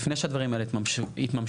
לפני שהדברים האלה יתממשו,